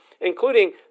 including